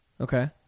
Okay